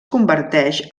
converteix